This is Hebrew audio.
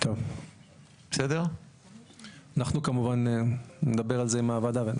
אנחנו כמובן נדבר על זה עם הוועדה.